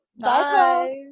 Bye